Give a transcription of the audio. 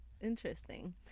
interesting